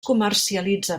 comercialitza